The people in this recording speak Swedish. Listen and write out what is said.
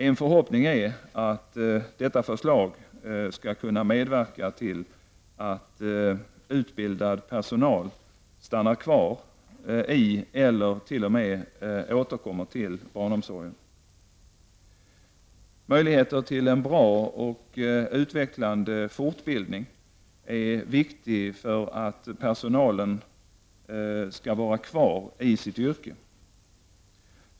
En förhoppning är att detta förslag skall kunna medverka till att utbildad personal stannar kvar i eller t.o.m. återkommer till barnomsorgen. Möjligheter till en bra och utvecklande fortbildning är viktig för att personalen skall vara kvar i sitt yrke.